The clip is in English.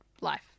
life